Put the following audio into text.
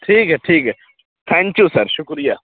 ٹھیک ہے ٹھیک ہے تھینک یو سر شکریہ